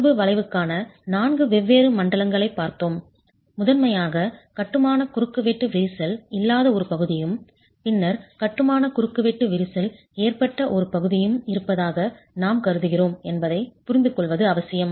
தொடர்பு வளைவுக்கான நான்கு வெவ்வேறு மண்டலங்களைப் பார்த்தோம் முதன்மையாக கட்டுமான குறுக்குவெட்டு விரிசல் இல்லாத ஒரு பகுதியும் பின்னர் கட்டுமான குறுக்குவெட்டு விரிசல் ஏற்பட்ட ஒரு பகுதியும் இருப்பதாக நாம் கருதுகிறோம் என்பதைப் புரிந்துகொள்வது அவசியம்